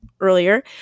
earlier